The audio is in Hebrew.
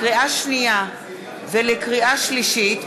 לקריאה שנייה ולקריאה שלישית,